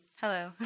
Hello